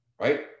right